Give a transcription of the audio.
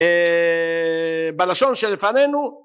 בלשון שלפנינו